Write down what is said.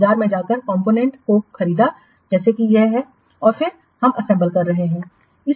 बाजार में जाकर कंपोनेंट्स को खरीदा जैसा कि यह है और फिर हम असेंबल कर रहे हैं